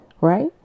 right